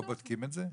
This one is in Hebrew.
לא בודקים את זה?